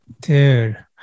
Dude